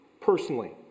personally